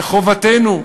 חובתנו,